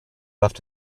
left